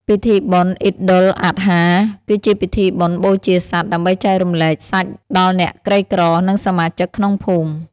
ពិធីបុណ្យ "អ៊ីដុលអាដហា" (Eid al-Adha) គឺជាពិធីបុណ្យបូជាសត្វ ដើម្បីចែករំលែកសាច់ដល់អ្នកក្រីក្រ និងសមាជិកក្នុងភូមិ។